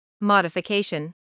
modification